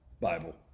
Bible